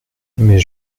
mais